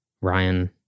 Ryan